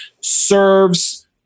serves